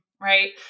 right